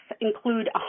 include